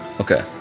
Okay